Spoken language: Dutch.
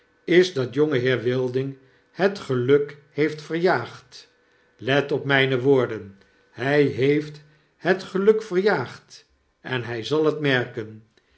is dat jongeheer wilding het geluk heeft verjaagd let op mijne woorden hij heeft het geluk verjaagd en bij zal het merken